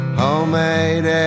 homemade